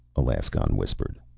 alaskon whispered.